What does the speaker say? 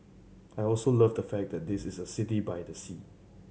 I also love the fact that it is a city by the sea